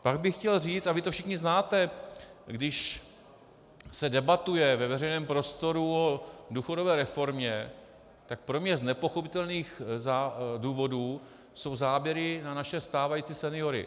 Pak bych chtěl říci, a vy to všichni znáte, když se debatuje ve veřejném prostoru o důchodové reformě, tak pro mě z nepochopitelných důvodů jsou záběry na naše stávající seniory.